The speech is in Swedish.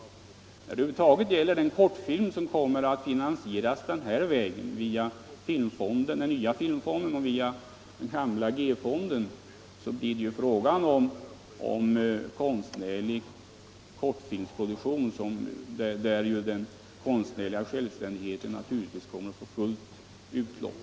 När det över huvud taget gäller den kortfilm som kommer att finansieras via den nya filmfonden och den gamla G-fonden blir det ju fråga om konstnärlig kortfilmsproduktion, där den konstnärliga självständigheten naturligtvis kommer att få fullt utlopp.